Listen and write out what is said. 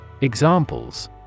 Examples